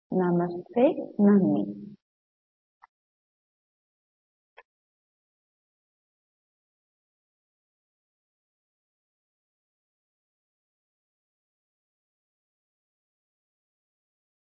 നന്ദി